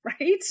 right